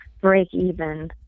break-even